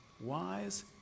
Wise